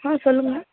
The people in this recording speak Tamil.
ஆ சொல்லுங்கள்